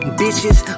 bitches